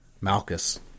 Malchus